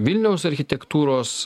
vilniaus architektūros